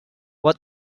what